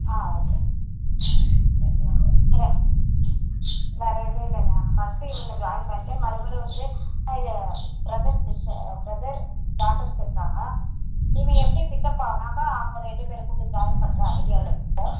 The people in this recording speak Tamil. ஆ ஓகே வர்றேன் வேறு எதுவும் இல்லை மேம் ஃபஸ்ட்டு இவங்க ஜாயின் பண்ணிவிட்டு மறுபடியும் வந்து அது பிரதர் சிஸ்டர் பிரதர் டாட்டர்ஸ் இருக்காங்க இவன் எப்படி பிக்கப் ஆனாக்கா அவங்க ரெண்டு பேரும் கூப்பிட்டு ஜாயின் பண்ணுற ஐடியாவில் இருக்கோம்